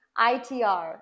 ITR